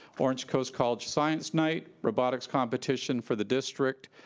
orange coast college science night, robotics competition for the district,